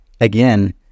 again